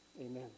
Amen